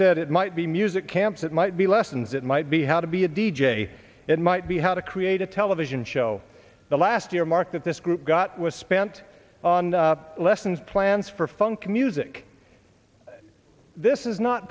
said it might be music camps it might be lessons it might be how to be a d j it might be how to create a television show the last year mark that this group got was spent on lessons plans for funky music this is not